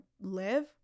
live